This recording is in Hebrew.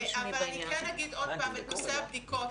כן אזכיר עוד פעם בנושא הבדיקות: